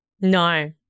No